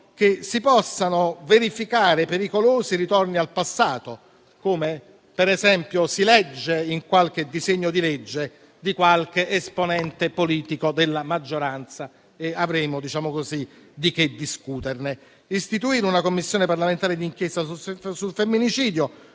che si verifichino pericolosi ritorni al passato come, per esempio, si legge in qualche disegno di legge di qualche esponente politico della maggioranza (avremo di che discutere). Istituire una Commissione parlamentare di inchiesta sul femminicidio